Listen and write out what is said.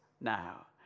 now